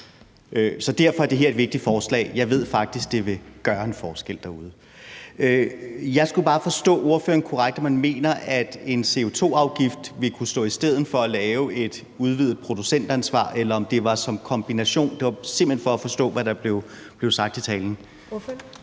Så derfor er det her et vigtigt forslag. Jeg ved faktisk, at det vil gøre en forskel derude. Jeg skal bare forstå ordføreren korrekt, med hensyn til om man mener, at en CO2-afgift vil kunne stå i stedet for at lave et udvidet producentansvar, eller om det skulle ske i en kombination. Det er simpelt hen bare for at forstå, hvad der blev sagt i talen.